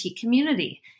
community